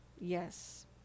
Yes